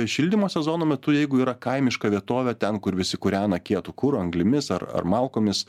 šildymo sezono metu jeigu yra kaimiška vietovė ten kur visi kūrena kietu kuru anglimis ar malkomis